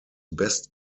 best